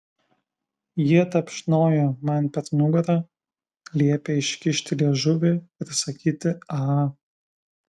jie tapšnojo man per nugarą liepė iškišti liežuvį ir sakyti aaa